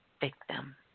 victim